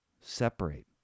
separate